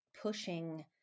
pushing